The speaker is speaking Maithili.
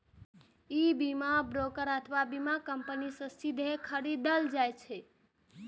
ई बीमा ब्रोकर अथवा बीमा कंपनी सं सीधे खरीदल जा सकैए